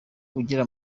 ugira